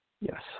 Yes